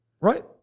Right